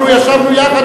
אנחנו ישבנו יחד,